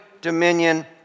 dominion